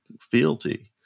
fealty